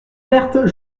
verte